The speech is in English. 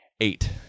Eight